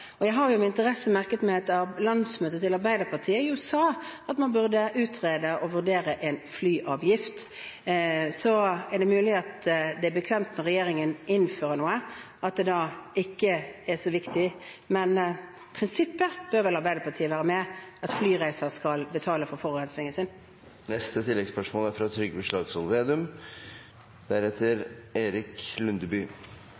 man burde utrede og vurdere en flyavgift. Så er det mulig det er bekvemt, når regjeringen innfører noe, at det da ikke er så viktig. Men prinsippet bør vel Arbeiderpartiet være med på, at flyreisende skal betale for forurensingen sin. Trygve Slagsvold Vedum – til oppfølgingsspørsmål. Dette er